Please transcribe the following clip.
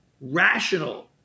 rational